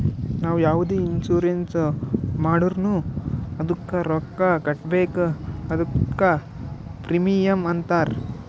ನಾವು ಯಾವುದೆ ಇನ್ಸೂರೆನ್ಸ್ ಮಾಡುರ್ನು ಅದ್ದುಕ ರೊಕ್ಕಾ ಕಟ್ಬೇಕ್ ಅದ್ದುಕ ಪ್ರೀಮಿಯಂ ಅಂತಾರ್